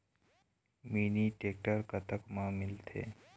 Mini tractor कतक म मिलथे?